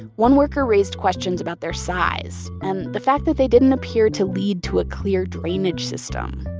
one worker raised questions about their size and the fact that they didn't appear to lead to a clear drainage system.